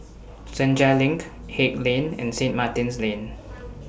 Senja LINK Haig Lane and Saint Martin's Lane